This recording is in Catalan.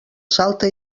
salta